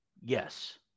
Yes